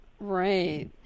Right